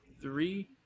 three